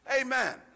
amen